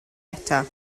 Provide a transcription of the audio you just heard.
eto